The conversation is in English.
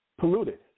polluted